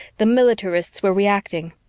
the militarists were reacting.